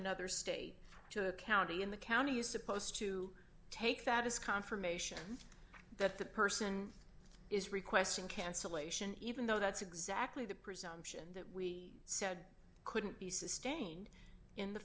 another state to a county in the county is supposed to take that as confirmation that that person is requesting cancellation even though that's exactly the presumption that we said couldn't be sustained in the